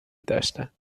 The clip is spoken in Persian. داشتند